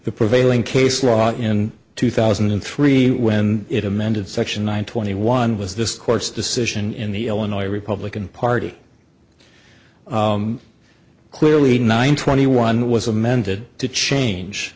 the prevailing case law in two thousand and three when it amended section one twenty one was this court's decision in the illinois republican party clearly nine twenty one was amended to change